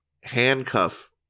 handcuff